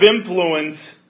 influence